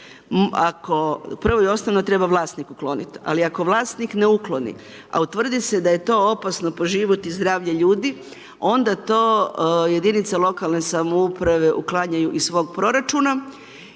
prvo i osnovno treba vlasnik ukloniti, ali ako vlasnik ne ukloni, a utvrdi se da je to opasno po život i zdravlje ljudi, onda to jedinice lokalne samouprave uklanjaju iz svog proračuna